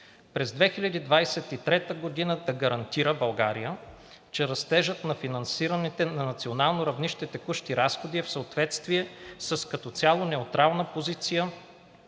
„През 2023 г. да гарантира България, че растежът на финансираните на национално равнище текущи разходи е в съответствие с като цяло неутрална позиция